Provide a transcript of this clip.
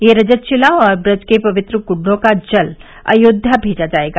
यह रजत शिला और ब्रज के पवित्र कुंडों का जल अयोध्या भेजा जाएगा